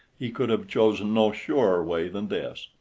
he could have chosen no surer way than this.